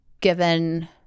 given